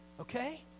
Okay